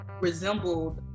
resembled